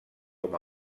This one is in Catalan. com